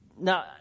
now